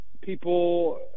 people